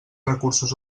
recursos